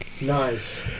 Nice